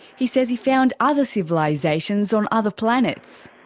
he says he found ah other civilizations on other planets.